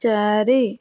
ଚାରି